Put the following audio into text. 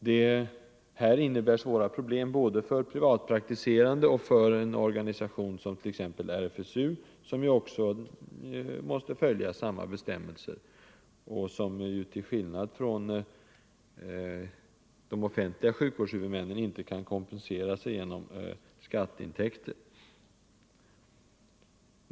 Detta innebär svåra problem både för privatpraktiserande och för en organisation som t.ex. RFSU, som måste följa samma bestämmelser och som till skillnad från de offentliga sjukvårdshuvudmännen inte kan kompensera sig genom skatteintäkter.